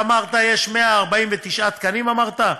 אמרת שיש 149 תקנים,